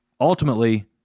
ultimately